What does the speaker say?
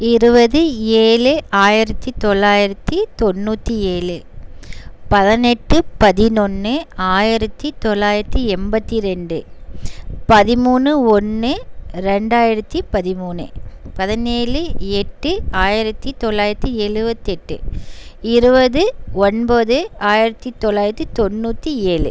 இருபது ஏழு ஆயிரத்தி தொள்ளாயிரத்தி தொண்ணூற்று ஏழு பதினெட்டு பதினொன்று ஆயிரத்தி தொள்ளாயிரத்தி எண்பத்தி ரெண்டு பதிமூணு ஒன்று ரெண்டாயிரத்தி பதிமூணு பதினேழு எட்டு ஆயிரத்தி தொள்ளாயிரத்தி எழுபத்தெட்டு இருபது ஒன்பது ஆயிரத்தி தொள்ளாயிரத்தி தொண்ணூற்று ஏழு